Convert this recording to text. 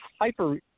hyper –